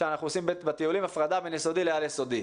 שאנחנו עושים בטיולים הפרדה בין יסודי לעל יסודי.